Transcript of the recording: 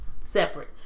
separate